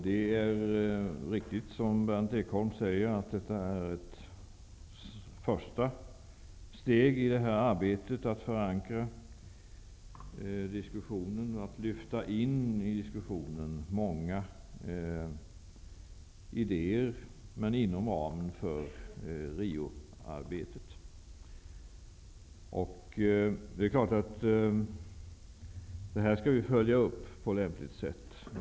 Detta är, precis som Berndt Ekholm säger, ett första steg i arbetet med att förankra diskussionen och att lyfta in många idéer i diskussionen inom ramen för Rioarbetet. Det är klart att vi skall följa upp detta på lämpligt sätt.